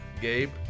Gabe